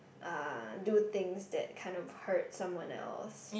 uh do things that kind of hurt someone else